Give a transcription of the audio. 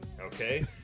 okay